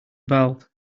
valve